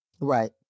Right